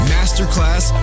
Masterclass